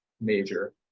major